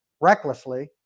recklessly